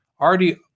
already